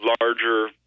larger